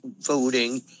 voting